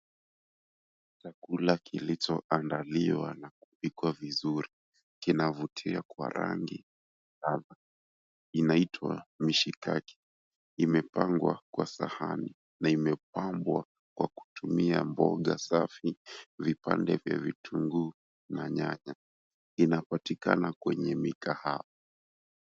Chakula kilichoandaliwa na kupikwa vizuri kinavutia kwa rangi. Inaitwa mishikaki. Imepangwa kwa sahani na imepambwa kwa kutumia mboga safi, vipande vya vitunguu na nyanya. Inapatikana kwenye mikahawa.